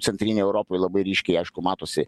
centrinėj europoj labai ryškiai aišku matosi